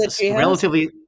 relatively